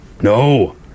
No